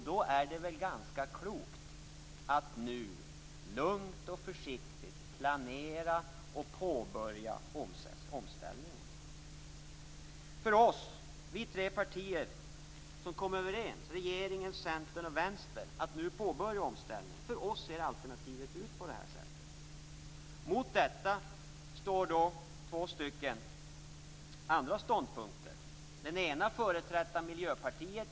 Då är det väl ganska klokt att nu lugnt och försiktigt planera och påbörja omställningen. För oss i de tre partier, regeringspartiet, Centern och Vänstern, som kom överens om att nu påbörja omställningen ser alternativet ut på det här sättet. Mot detta står två stycken andra ståndpunkter. Den ena företräds av Miljöpartiet.